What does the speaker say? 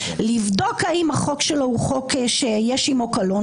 לבדוק האם החוק שלו הוא חוק שיש עימו קלון,